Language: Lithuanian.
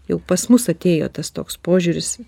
jau pas mus atėjo tas toks požiūris